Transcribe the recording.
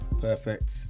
perfect